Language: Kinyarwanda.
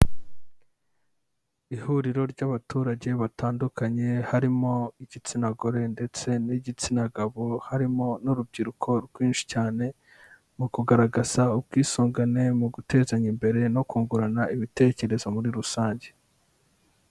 Ihuriro ry'abaturage batandukanye harimo igitsina gore ndetse n'igitsina gabo, harimo n'urubyiruko rwinshi cyane mu kugaragaza ubwisungane mu gutezanya imbere no kungurana ibitekerezo muri rusange.